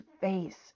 face